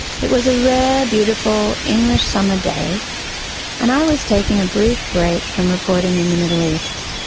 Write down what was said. it was a rare, beautiful english summer day and i was taking a brief break from reporting in the middle east.